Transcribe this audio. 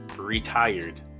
retired